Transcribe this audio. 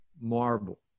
marble